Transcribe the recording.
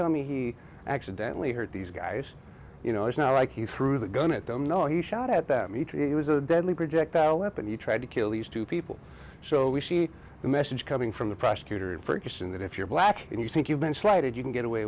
tell me he accidentally hurt these guys you know it's not like he threw the gun it don't know he shot at them each it was a deadly projectile weapon he tried to kill these two people so we see the message coming from the prosecutor in ferguson that if you're black and you think you've been slighted you can get away